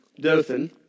Dothan